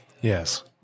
Yes